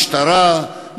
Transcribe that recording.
משטרה,